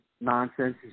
nonsense